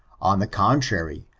on the contrary,